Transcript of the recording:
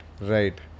Right